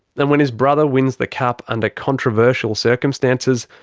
and when his brother wins the cup under controversial circumstances,